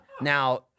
Now